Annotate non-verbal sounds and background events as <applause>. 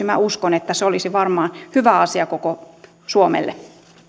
<unintelligible> minä uskon että se olisi varmasti hyvä asia koko suomelle